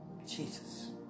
Jesus